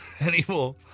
anymore